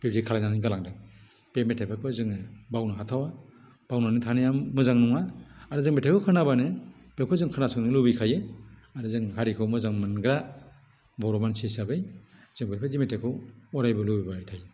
बेबायदि खालायनानै गालांदों बे मेथाइफोरखौ जोङो बावनो हाथावा बावनानै थानाया मोजां नङा आरो जों मेथाइखौ खोनाबानो बेखौ जों खोनासंनो लुबैखायो आरो जों हारिखौ मोजां मोनग्रा बर' मानसि हिसाबै जों बेफोरबायदि मेथाइखौ अरायबो लुबैबाय थायो